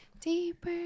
Deeper